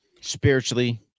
spiritually